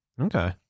Okay